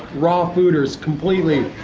raw fooders completely,